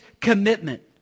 commitment